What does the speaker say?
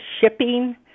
shipping